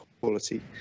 quality